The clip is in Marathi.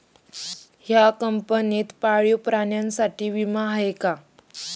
या कंपनीत पाळीव प्राण्यांसाठी विमा आहे का?